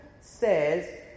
says